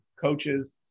coaches